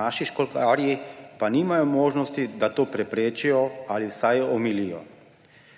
Naši školjkarji pa nimajo možnosti, da to preprečijo ali vsaj omilijo.